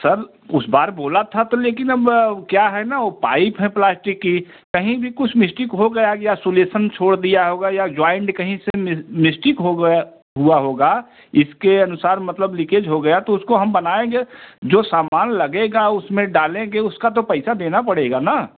sir उस बार बोला था तो लेकिन अब ऊ क्या है ना वो पाइप है प्लास्टिक की कहीं भी कुछ मिस्टिक हो गया या सुलेशन छोड़ दिया होगा या जॉइंट कहीं से मि मिस्टिक होगा हुआ होगा इसके अनुसार मतलब लीकेज हो गया तो उसको हम बनाएँगे जो सामान लगेगा जो उसमें डालेंगे उसका तो पैसा देना पड़ेगा न